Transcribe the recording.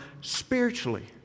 spiritually